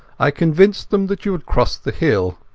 i convinced them that you had crossed the hill.